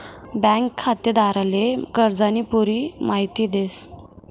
bank खातेदारले कर्जानी पुरी माहिती देस